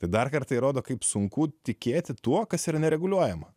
tai dar kartą įrodo kaip sunku tikėti tuo kas yra nereguliuojama